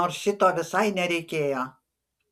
nors šito visai nereikėjo